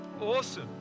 Awesome